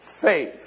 faith